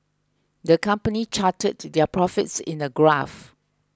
the company charted their profits in a graph